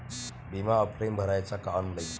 बिमा ऑफलाईन भराचा का ऑनलाईन?